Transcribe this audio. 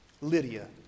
Lydia